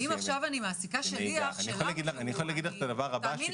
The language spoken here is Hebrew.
--- אם אני מעסיקה שליח --- תאמין לי,